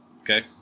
Okay